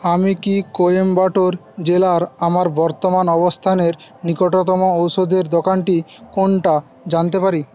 আমি কি কোয়েম্বাটোর জেলার আমার বর্তমান অবস্থানের নিকটতম ওষুধের দোকানটি কোনটা জানতে পারি